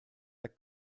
der